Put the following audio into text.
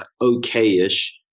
okay-ish